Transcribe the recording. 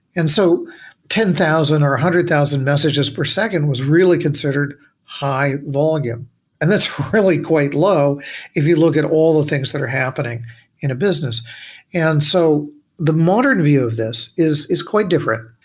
and so ten thousand or a one hundred thousand messages per second was really considered high volume and that's really quite low if you look at all the things that are happening in a business and so the modern view of this is is quite different.